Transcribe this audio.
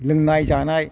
लोंनाय जानाय